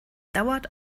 dauert